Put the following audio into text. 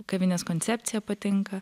kavinės koncepcija patinka